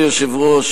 אדוני היושב-ראש,